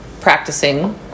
practicing